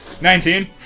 Nineteen